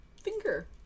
finger